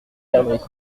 perdrix